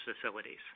facilities